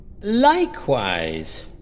Likewise